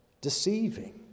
Deceiving